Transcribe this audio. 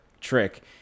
trick